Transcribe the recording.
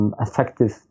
effective